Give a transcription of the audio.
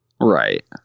Right